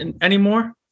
anymore